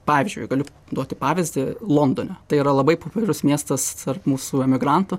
pavyzdžiui galiu duoti pavyzdį londone tai yra labai populiarus miestas tarp mūsų emigrantų